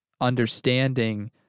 understanding